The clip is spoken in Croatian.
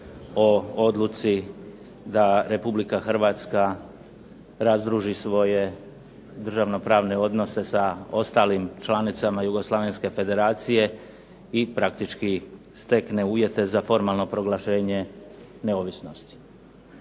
o odluci da Republika Hrvatska razdruži svoje državnopravne odnose sa ostalim članicama jugoslavenske federacije i praktički stekne uvjete za formalno proglašenje neovisnosti.